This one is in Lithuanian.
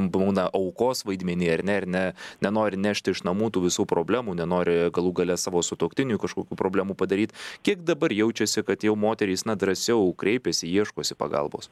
būna aukos vaidmenyje ar ne ir ne nenori nešti iš namų tų visų problemų nenori galų gale savo sutuoktiniui kažkokių problemų padaryt kiek dabar jaučiasi kad jau moterys na drąsiau kreipiasi ieškosi pagalbos